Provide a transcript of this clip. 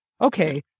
okay